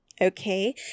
Okay